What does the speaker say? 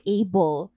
able